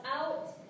out